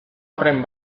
horren